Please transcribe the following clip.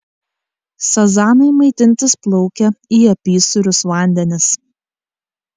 sazanai maitintis plaukia į apysūrius vandenis